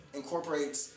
incorporates